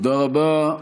תודה רבה.